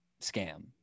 scam